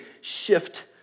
shift